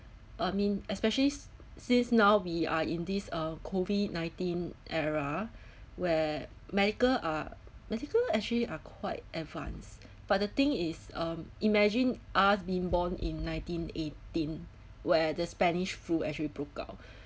I mean especially since now we are in this uh COVID-nineteen era where medical are medical actually are quite advanced but the thing is um imagine us been born in nineteen eighteen where the spanish flu actually broke out